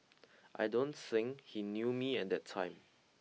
I don't think he knew me at that time